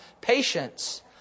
Patience